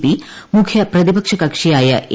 P മുഖ്യപ്രതിപക്ഷ കക്ഷിയായ A